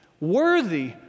worthy